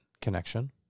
connection